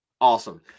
Awesome